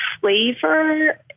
flavor